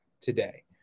today